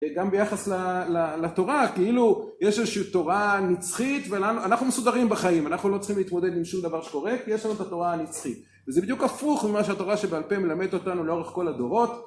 וגם ביחס לתורה כאילו יש איזושהי תורה נצחית ואנחנו מסודרים בחיים אנחנו לא צריכים להתמודד עם שום דבר שקורה כי יש לנו את התורה הנצחית וזה בדיוק הפוך ממה שהתורה שבעל פה מלמד אותנו לאורך כל הדורות